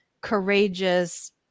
courageous